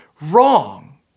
wrong